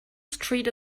street